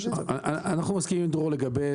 אנחנו מסכימים עם דרור לגבי,